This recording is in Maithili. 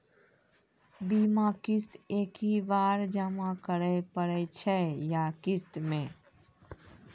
बीमा किस्त एक ही बार जमा करें पड़ै छै या किस्त मे?